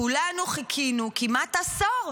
כולנו חיכינו כמעט עשור,